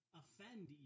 offend